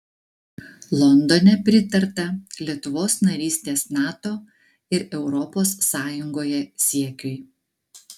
londone pritarta lietuvos narystės nato ir europos sąjungoje siekiui